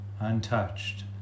untouched